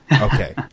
Okay